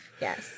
yes